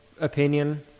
opinion